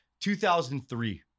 2003